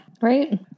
Right